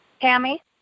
Tammy